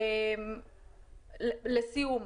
לסיום,